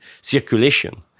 circulation